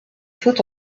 faut